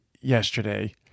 yesterday